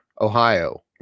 Ohio